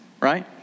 Right